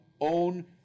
own